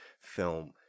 film